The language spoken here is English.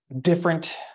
different